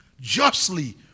justly